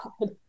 God